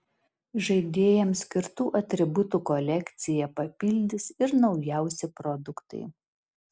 žaidėjams skirtų atributų kolekciją papildys ir naujausi produktai